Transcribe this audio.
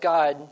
God